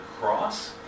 cross